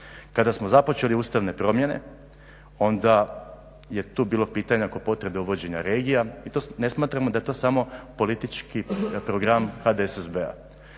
Kada smo započeli ustavne promjene onda je tu bilo pitanja oko potrebe uvođenja regija i to ne smatramo da je to samo politički program HDSSB-a.